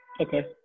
Okay